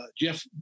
Jeff